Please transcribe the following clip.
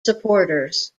supporters